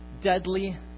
deadly